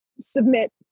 submit